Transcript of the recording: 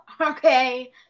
Okay